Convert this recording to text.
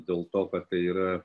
dėl to kad tai yra